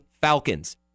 Falcons